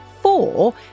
four